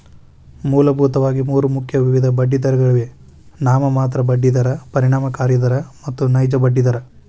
ಮೂಲಭೂತವಾಗಿ ಮೂರು ಮುಖ್ಯ ವಿಧದ ಬಡ್ಡಿದರಗಳಿವೆ ನಾಮಮಾತ್ರ ಬಡ್ಡಿ ದರ, ಪರಿಣಾಮಕಾರಿ ದರ ಮತ್ತು ನೈಜ ಬಡ್ಡಿ ದರ